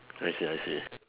I see I see